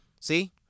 See